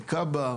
כב"ה,